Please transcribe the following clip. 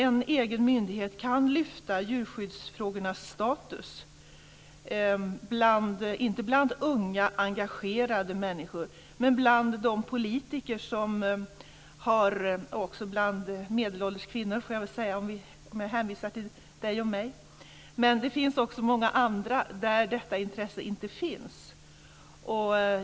En egen myndighet kan lyfta djurskyddsfrågornas status, inte bland unga engagerade människor men bland politiker - också bland medelålders kvinnor, får jag väl säga om jag hänvisar till Karin Olsson och mig - och bland många andra där detta intresse inte finns.